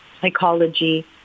psychology